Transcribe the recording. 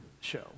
show